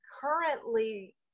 currently